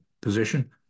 position